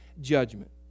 judgment